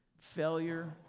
Failure